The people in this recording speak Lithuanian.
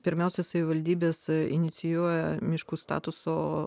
pirmiausia savivaldybės inicijuoja miškų statuso